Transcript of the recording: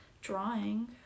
drawing